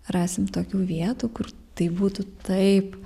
rasim tokių vietų kur tai būtų taip